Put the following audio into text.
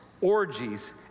orgies